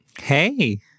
Hey